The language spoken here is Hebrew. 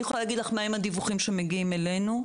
אני יכול להגיד לך מהם הדיווחים שמגיעים אלינו.